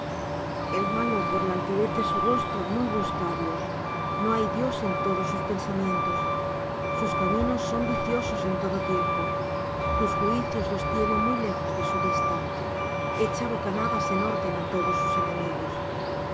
el malo por la altivez de su rostro no busca á dios no hay dios en todos sus pensamientos sus caminos son viciosos en todo tiempo tus juicios los tiene muy lejos de su vista echa bocanadas en orden á todos sus enemigos